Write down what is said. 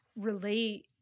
relate